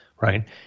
Right